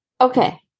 Okay